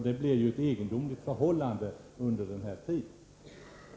Det blir alltså en egendomlig ordning under tiden som vi väntar på nya bestämmelser.